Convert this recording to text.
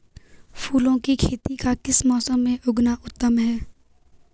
फूलों की खेती का किस मौसम में उगना उत्तम है?